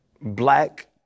black